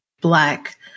black